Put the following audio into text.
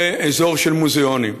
זה אזור של מוזיאונים.